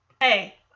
Hey